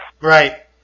Right